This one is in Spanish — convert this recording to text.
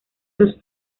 los